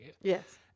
Yes